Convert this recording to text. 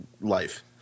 life